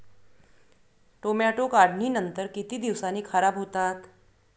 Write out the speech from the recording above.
Tomato काढणीनंतर किती दिवसांनी खराब होतात?